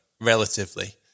relatively